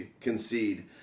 concede